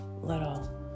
little